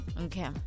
Okay